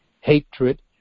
hatred